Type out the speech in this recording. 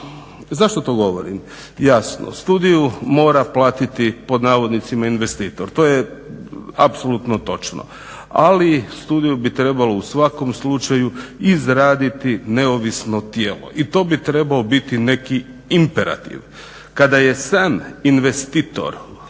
Zašto to govorim? Jasno studiju mora platiti pod navodnicima "investitor". To je apsolutno točno. Ali, studiju bi trebalo u svakom slučaju izraditi neovisno tijelo. I to bi trebao biti neki imperativ. Kada je sam investitor